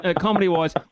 Comedy-wise